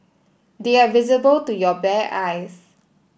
they are visible to your bare eyes